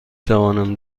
توانم